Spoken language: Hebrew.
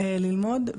ללמוד.